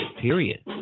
period